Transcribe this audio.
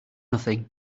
nothing